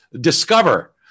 discover